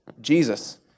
Jesus